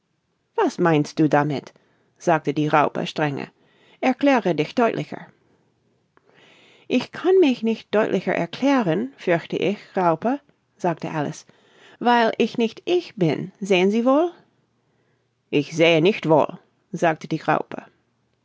was meinst du damit sagte die raupe strenge erkläre dich deutlicher ich kann mich nicht deutlicher erklären fürchte ich raupe sagte alice weil ich nicht ich bin sehen sie wohl ich sehe nicht wohl sagte die raupe